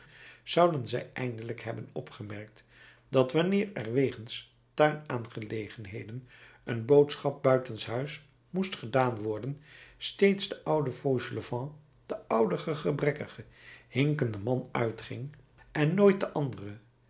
zouden zij eindelijk hebben opgemerkt dat wanneer er wegens tuinaangelegenheden een boodschap buitenshuis moest gedaan worden steeds de oude fauchelevent de oude gebrekkige hinkende man uitging en nooit de andere